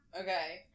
Okay